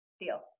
deal